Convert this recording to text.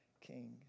king